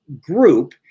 group